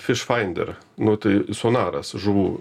fiš fainder nu tai sonaras žuvų toks